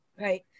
right